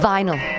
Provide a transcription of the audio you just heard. Vinyl